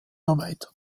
erweitern